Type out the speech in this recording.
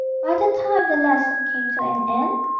by the time the lesson came to an end,